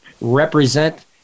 represent